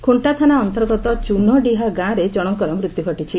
ଖୁଣ୍କା ଥାନା ଅନ୍ତର୍ଗତ ଚୂନଡିହା ଗାଁରେ ଜଶଙ୍କର ମୃତ୍ୟୁ ଘଟିଛି